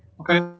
Okay